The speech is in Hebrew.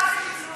לא עשית לי כלום.